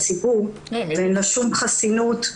צריך לזכור גם שלא מדובר בנבחרת ציבור ואין לה שום חסינות.